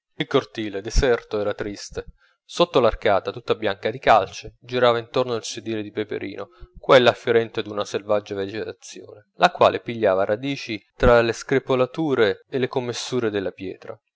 il cortile deserto era triste sotto l'arcata tutta bianca di calce girava intorno il sedile di peperino qua e là fiorente d'una selvaggia vegetazione la quale pigliava radici tra le screpolature e le commessure della pietra